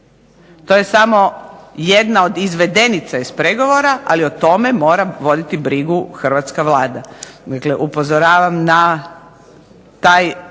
to je samo jedna od izvedenica iz pregovora ali o tome mora voditi brigu Hrvatska vlada. Upozoravam na taj